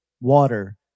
water